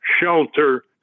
shelter